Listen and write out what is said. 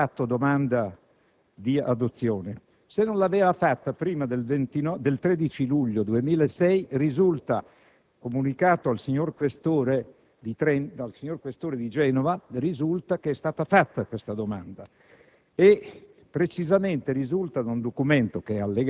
fatto la famiglia Giusto domanda di adozione? Se non l'aveva fatta prima del 13 luglio 2006, risulta comunicato al signor questore di Genova che è stata fatta questa domanda.